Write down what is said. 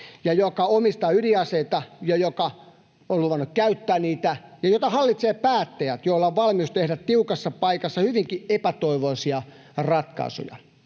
joka omistaa ydinaseita ja on luvannut käyttää niitä, ja jota hallitsevat päättäjät, joilla on valmius tehdä tiukassa paikassa hyvinkin epätoivoisia ratkaisuja?